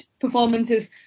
performances